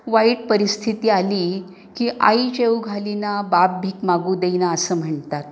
वाईट परिस्थिती आली की आई जेवू घालीना बाप भीक मागू देईना असं म्हणतात